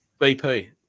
BP